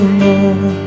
more